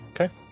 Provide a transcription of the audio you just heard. Okay